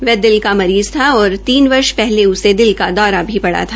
वह दिल का मरीज़ था और तीन वर्ष पहले उसे दिल का दौरा भी पड़ा था